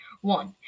One